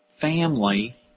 family